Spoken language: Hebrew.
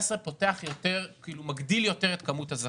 מגדיל יותר את מספר הזכאים.